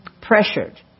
pressured